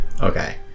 Okay